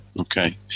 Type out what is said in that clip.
Okay